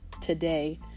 today